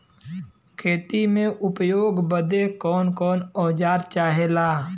खेती में उपयोग बदे कौन कौन औजार चाहेला?